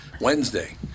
Wednesday